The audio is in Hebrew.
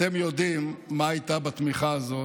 אתם יודעים מה היה בתמיכה הזו